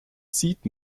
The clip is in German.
zieht